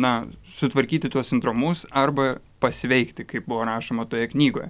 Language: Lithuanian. na sutvarkyti tuos sidromus arba pasveikti kaip buvo rašoma toje knygoje